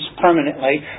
permanently